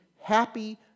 happy